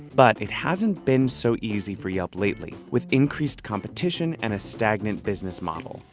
but it hasn't been so easy for yelp lately with increased competition and a stagnant business model.